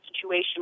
situation